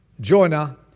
Jonah